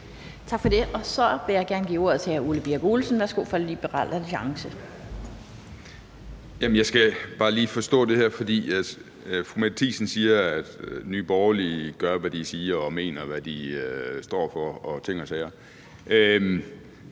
Tak for det. Så vil jeg gerne give ordet til hr. Ole Birk Olesen fra Liberal Alliance. Værsgo. Kl. 14:58 Ole Birk Olesen (LA): Jeg skal bare lige forstå det her, for fru Mette Thiesen siger, at Nye Borgerlige gør, hvad de siger, og mener, hvad de står for, og ting og sager.